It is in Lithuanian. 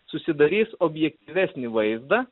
susidarys objektyvesnį vaizdą